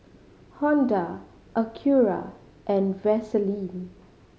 Honda Acura and Vaseline